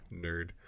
nerd